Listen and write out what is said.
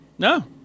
No